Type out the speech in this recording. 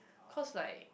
cause like